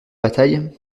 bataille